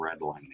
redlining